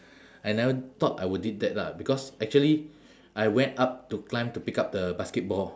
I never thought I would did that lah because actually I went up to climb to pick up the basketball